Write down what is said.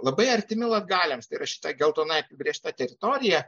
labai artimi latgaliams tai yra šita geltonai apibrėžta teritorija